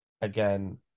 again